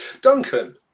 Duncan